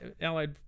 Allied